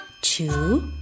two